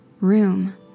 room